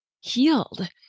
healed